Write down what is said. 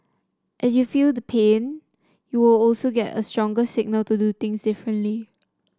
as you feel the pain you will also get a stronger signal to do things differently